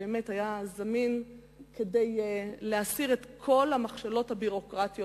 שהיה זמין כדי להסיר את כל המכשלות הביורוקרטיות,